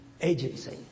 agency